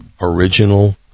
original